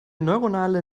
neuronale